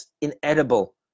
inedible